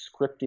scripting